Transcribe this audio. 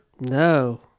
No